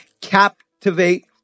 captivate